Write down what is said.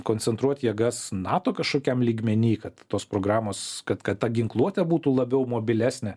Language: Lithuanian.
koncentruot jėgas nato kažkokiam lygmeny kad tos programos kad kad ta ginkluotė būtų labiau mobilesnė